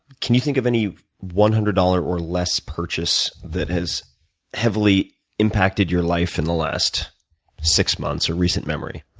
can you think of any one hundred dollars or less purchase that has heavily impacted your life in the last six months or recent memory?